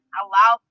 allow